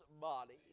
body